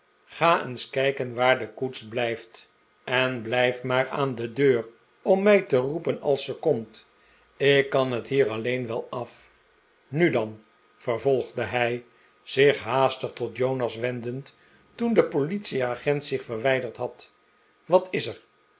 ga eens kijken waar de koets blijft en blijf maar aan de deur om mij te roepen als ze komt ik kan het hier alleen wel af nu dan vervolgde hij zich haastig tot jonas wendend toen de politieagent zich verwijderd had wat is er